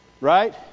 right